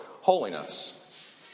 holiness